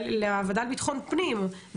לוועדה לבטחון פנים,